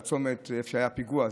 בצומת איפה שהיה הפיגוע,